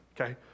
Okay